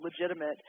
legitimate